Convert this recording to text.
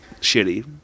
Shitty